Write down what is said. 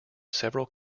several